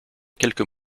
quelques